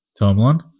timeline